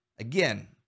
Again